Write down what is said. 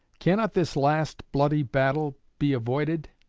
cannot this last bloody battle be avoided